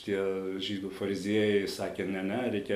tie žydų fariziejai sakė ne ne reikia